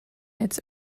its